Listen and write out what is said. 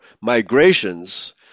migrations